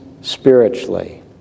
spiritually